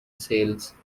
sales